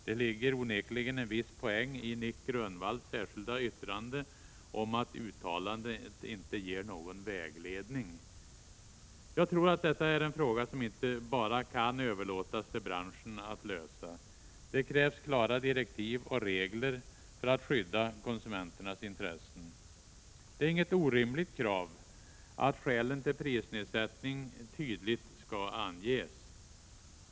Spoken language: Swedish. Det ligger onekligen en viss Jag tror att detta är en fråga som inte bara kan överlåtas åt branschen att lösa. Det krävs klara direktiv och regler för att skydda konsumenternas intressen. Det är inget orimligt krav att skälen till prisnedsättning tydligt skall anges.